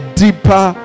deeper